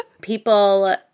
People